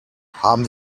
haben